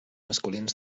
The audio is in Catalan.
masculins